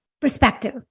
perspective